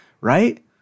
right